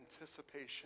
anticipation